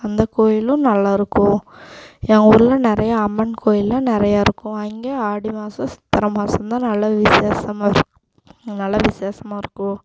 அந்த கோயிலும் நல்லா இருக்கும் என் ஊரில் நிறைய அம்மன் கோயிலில் நிறைய இருக்கும் அங்கே ஆடி மாதம் சித்திர மாசந்தான் நல்ல விசேஷமாக நல்ல விசேஷமாகருக்கும்